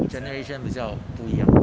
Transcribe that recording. generation 比较不一样